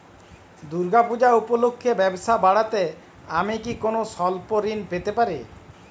দূর্গা পূজা উপলক্ষে ব্যবসা বাড়াতে আমি কি কোনো স্বল্প ঋণ পেতে পারি?